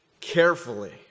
carefully